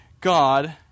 God